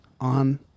on